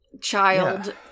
Child